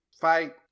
fight